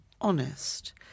honest